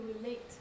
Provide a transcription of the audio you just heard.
relate